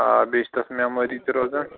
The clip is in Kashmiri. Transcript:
آ بیٚیہِ چھِ تَتھ میٚموری تہِ روزان